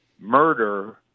murder